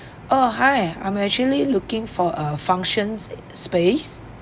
oh hi I'm actually looking for a function s~ space